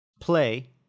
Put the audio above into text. play